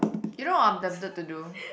you know what I'm tempted to do